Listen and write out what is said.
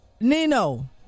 Nino